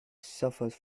suffers